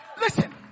Listen